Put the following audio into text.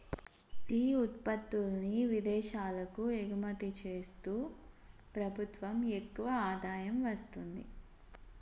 tea ఉత్పత్తుల్ని విదేశాలకు ఎగుమతి చేస్తూ ప్రభుత్వం ఎక్కువ ఆదాయం వస్తుంది